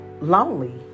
lonely